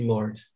Lord